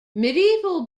medieval